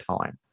time